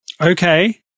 Okay